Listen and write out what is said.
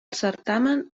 certamen